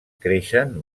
creixen